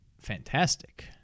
fantastic